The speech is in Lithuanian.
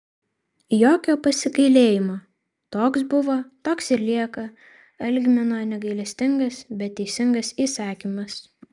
jokio pasigailėjimo toks buvo toks ir lieka algmino negailestingas bet teisingas įsakymas